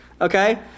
okay